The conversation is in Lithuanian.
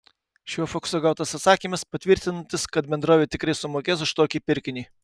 šiuo faksu gautas atsakymas patvirtinantis kad bendrovė tikrai sumokės už tokį pirkinį